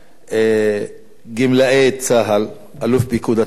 גמלאי צה"ל, אלוף פיקוד הצפון,